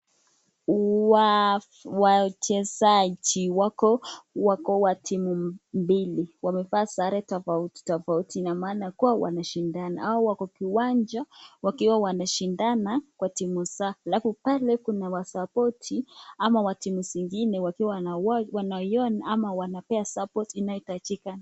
Wachezaji wako wa timu mbili wamevaa saree tofauti tofauti Ina maana kuwa wanashindana. Hawa wako kwa kiwanja wakiwa wanashindana alafu pale kuna wale wanasapotii wa timu ingine ama kuwapea support inayohitajika.